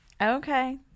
okay